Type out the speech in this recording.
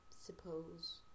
suppose